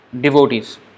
devotees